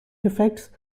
deficits